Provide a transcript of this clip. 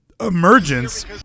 Emergence